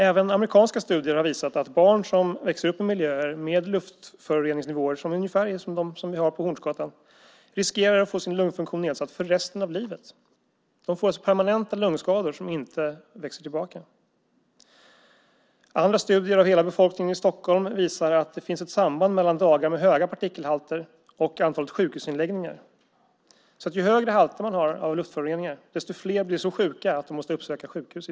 Även amerikanska studier har visat att barn som växer upp i miljöer med luftföroreningsnivåer ungefär som dem på Hornsgatan riskerar att få sin lungfunktion nedsatt för resten av livet. De får alltså permanenta lungskador, skador som inte går tillbaka. Studier av hela befolkningen i Stockholm visar att det finns ett samband mellan dagar med höga partikelhalter och antalet sjukhusinläggningar. Ju högre halter av luftföroreningar desto fler blir så sjuka att de måste uppsöka sjukhus.